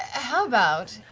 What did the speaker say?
how about,